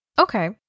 Okay